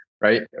right